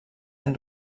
han